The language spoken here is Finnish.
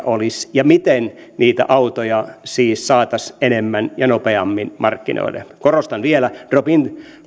olisi ja miten niitä autoja siis saataisiin enemmän ja nopeammin markkinoille korostan vielä drop in